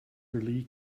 lee